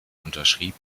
unterschrieb